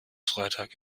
freitag